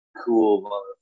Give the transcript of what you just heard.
cool